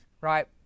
Right